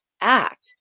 act